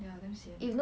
ya damn sian